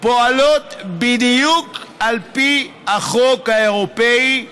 פועלות בדיוק על פי החוק האירופי,